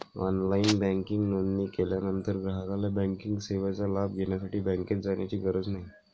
online banking नोंदणी केल्यानंतर ग्राहकाला बँकिंग सेवेचा लाभ घेण्यासाठी बँकेत जाण्याची गरज नाही